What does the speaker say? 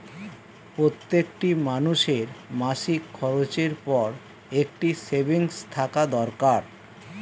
প্রত্যেকটি মানুষের মাসিক খরচের পর একটা সেভিংস থাকা দরকার